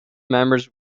members